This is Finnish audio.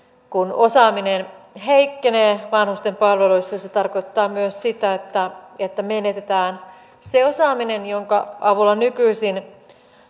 kun osaaminen heikkenee vanhusten palveluissa se tarkoittaa myös sitä että että menetetään se osaaminen jonka avulla nykyisin